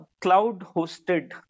cloud-hosted